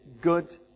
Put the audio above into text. good